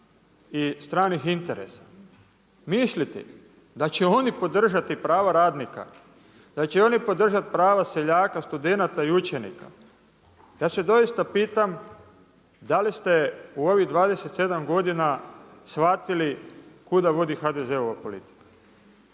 i stranih interesa. Misliti da će oni podržati prava radnika, da će oni podržati prava seljaka, studenata i učenika, ja se doista pitam da li ste u ovih 27 godina shvatili kuda vodi HDZ-ova politika?